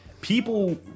People